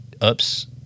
ups